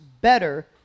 better